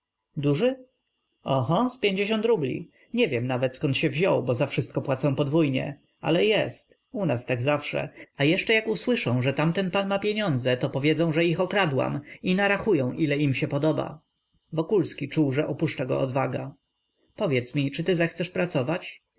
duży oho z pięćdziesiąt rubli nie wiem nawet zkąd się wziął bo za wszystko płacę podwójnie ale jest u nas tak zawsze a jeszcze jak usłyszą że tamten pan ma pieniądze to powiedzą że ich okradłam i narachują ile im się podoba wokulski czuł że opuszcza go odwaga powiedz mi czy ty zechcesz pracować